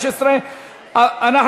70 לשנת 2015 לא נתקבלו.